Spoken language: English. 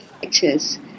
pictures